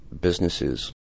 businesses